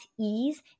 ease